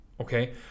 Okay